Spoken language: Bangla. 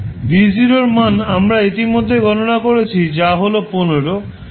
v এর মান আমরা ইতিমধ্যেই গণনা করেছি যা হল 15